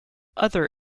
other